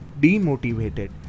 demotivated